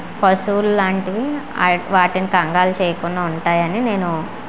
పశువులు లాంటివి ఆ వాటిని కంగారు చేయకుండా ఉంటాయని నేను